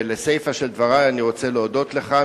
בסיפא של דברי אני רוצה להודות לך,